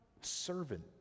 Servant